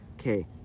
Okay